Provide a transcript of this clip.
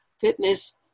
fitness